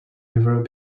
river